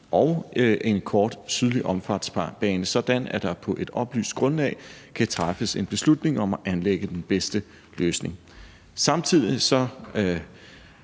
og en kort sydlig omfartsbane, sådan at der på et oplyst grundlag kan træffes en beslutning om at anlægge den bedste løsning. Samtidig